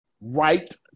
right